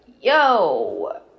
yo